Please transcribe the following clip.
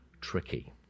tricky